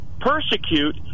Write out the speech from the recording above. persecute